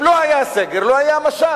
אם לא היה הסגר, לא היה המשט,